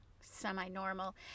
semi-normal